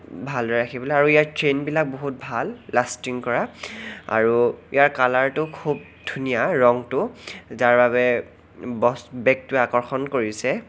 ভালদৰে ৰাখিবলৈ আৰু ইয়াৰ চেইনবিলাক বহুত ভাল লাষ্টিং কৰা আৰু ইয়াৰ কালাৰটো খুব ধুনীয়া ৰংটো যাৰ বাবে বেগটোৱে আকৰ্ষণ কৰিছে